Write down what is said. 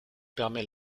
permet